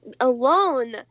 Alone